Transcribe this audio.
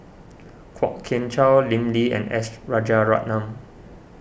Kwok Kian Chow Lim Lee and S Rajaratnam